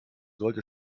sollte